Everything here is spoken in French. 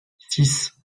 six